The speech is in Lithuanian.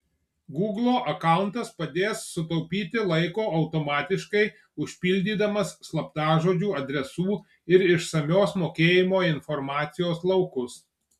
gūglo akauntas padės sutaupyti laiko automatiškai užpildydamas slaptažodžių adresų ir išsamios mokėjimo informacijos laukus